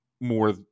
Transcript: more